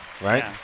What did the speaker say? right